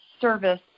service